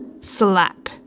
Slap